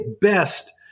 best